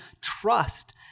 trust